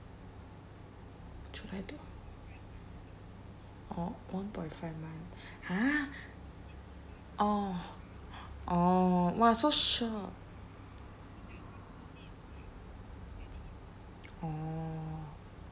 july to au~ orh one point five month !huh! orh orh !wah! so short orh